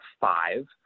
five